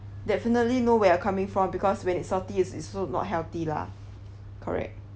definitely know where you're coming from because when it's salty is is so not healthy lah correct